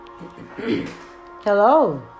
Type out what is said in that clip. Hello